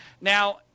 Now